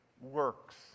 works